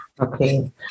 Okay